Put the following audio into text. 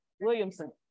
Williamson